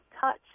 touch